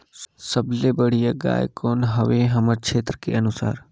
सबले बढ़िया गाय कौन हवे हमर क्षेत्र के अनुसार?